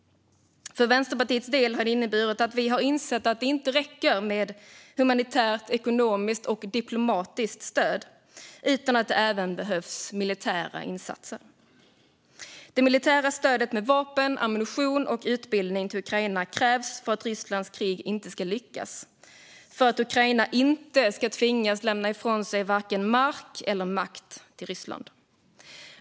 För Vänsterpartiets del har det inneburit att vi har insett att det inte räcker med humanitärt, ekonomiskt och diplomatiskt stöd utan att det även behövs militära insatser. Det militära stödet med vapen, ammunition och utbildning till Ukraina krävs för att Rysslands krig inte ska lyckas och för att Ukraina inte ska tvingas lämna ifrån sig vare sig mark eller makt till Ryssland.